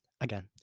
again